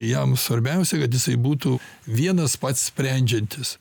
jam svarbiausia kad jisai būtų vienas pats sprendžiantis